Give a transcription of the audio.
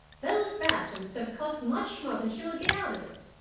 those bathrooms have cost much more than she will get out of it.